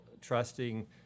trusting